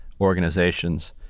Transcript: organizations